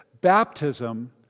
baptism